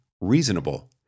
reasonable